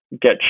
get